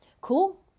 cool